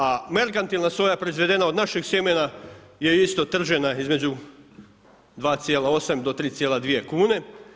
A merkantilna soja proizvedena od našeg sjemena je isto tržena između 2,8 do 3,2 kune.